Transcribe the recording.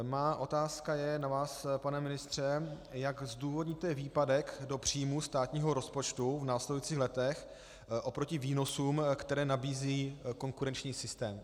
Má otázka je na vás, pane ministře, jak zdůvodníte výpadek do příjmů státního rozpočtu v následujících letech oproti výnosům, které nabízí konkurenční systém.